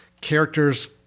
characters